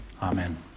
Amen